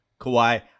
Kawhi